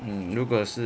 mm 如果是